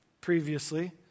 previously